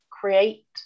create